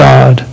God